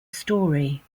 story